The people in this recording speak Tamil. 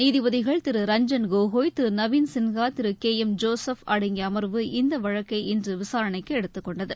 நீதிபதிகள் திரு ரஞ்சன்கோகோய் திரு நவீன் சின்ஹா திரு கே எம் ஜோசப் அடங்கிய அமர்வு இந்த வழக்கை இன்று விசாரணைக்கு எடுத்துக்கொண்டது